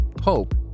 hope